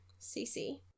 CC